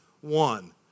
one